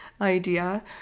idea